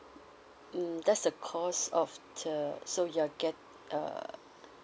hmm that's the cost of the so you're get~ uh